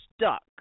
stuck